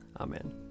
Amen